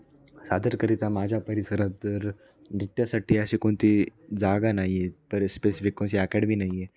सादरकरिता माझ्या परिसरात जर नृत्यासाठी अशी कोणती जागा नाही आहे पर स्पेसिफिक कोणती अकॅडमी नाही आहे